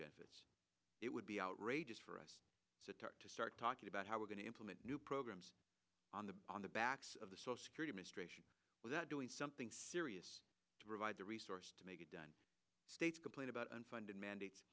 benefits it would be outrageous for us to talk to start talking about how we're going to implement new programs on the on the backs of the social security missed ration without doing something serious to provide the resources to make it done states complain about unfunded mandate